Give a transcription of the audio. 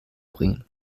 bringen